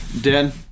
Dan